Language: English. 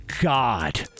God